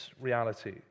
reality